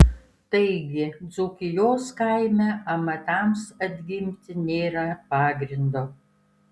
taigi dzūkijos kaime amatams atgimti nėra pagrindo